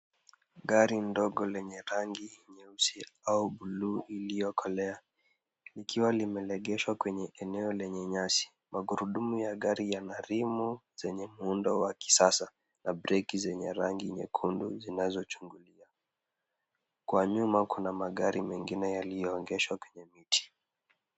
Gari ndogo lenye rangi nyeusi au bluu iliyokolea, likiwa limeegeshwa kwenye eneo lenye nyasi. Magurudumu ya gari yana rimu zenye muundo wa kisasa na breki zenye rangi nyekundu zinazochungulia. Kwa nyuma kuna magari mengine yaliyoegeshwa kwenye miti.